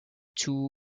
two